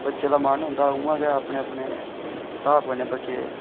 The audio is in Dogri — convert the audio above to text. बच्चें दा मन होंदा उ'आं गै अपने अपने स्हाब कन्नै बच्चे